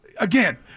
again